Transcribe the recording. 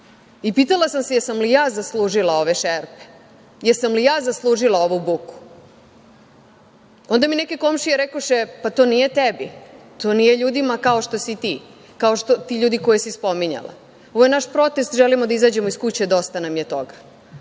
I pitala sam se, da li sam zaslužila ove šerpe? Da li sam zaslužila ovu buku? Onda mi neke komšije rekoše – pa, to nije tebi, to nije ljudima kao što si ti, kao što su ljudi koje si spominjala, ovo je naš protest, jer želimo da izađemo iz kuće, dosta nam je toga. Hajde